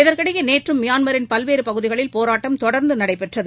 இதற்கிடையே நேற்றும் மியான்மரின் பல்வேறு பகுதிகளில் போராட்டம் தொடர்ந்து நடைபெற்றது